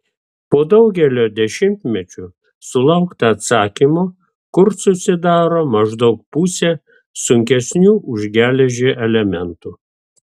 po daugelio dešimtmečių sulaukta atsakymo kur susidaro maždaug pusė sunkesnių už geležį elementų